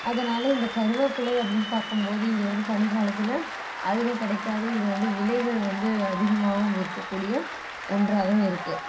அதனாலே இந்த கருவேப்பிலை அப்படின்னு பார்க்கம்போது இது வந்து பனி காலத்தில் அதிகம் கிடைக்காது இது வந்து விலைகள் வந்து அதிகமாகவும் விற்கக்கூடிய ஒன்றாகவும் இருக்குது